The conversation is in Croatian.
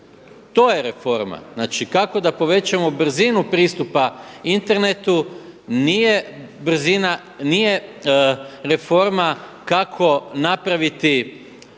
to je reforma, znači kako da povećamo brzinu pristupa internetu nije brzina, nije reforma kako napraviti